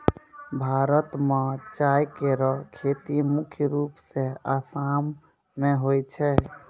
भारत म चाय केरो खेती मुख्य रूप सें आसाम मे होय छै